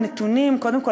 קודם כול,